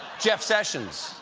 jeff sessions.